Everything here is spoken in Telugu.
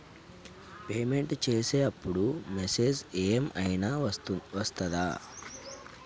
పేమెంట్ చేసే అప్పుడు మెసేజ్ ఏం ఐనా వస్తదా?